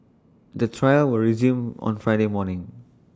the trial will resume on Friday morning